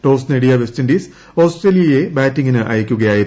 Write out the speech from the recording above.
toss നേടിയ West ഇ്ന്റ് ഓസ്ട്രേലിയയെ ബാറ്റിംഗിനയയ്ക്കുകയായിരുന്നു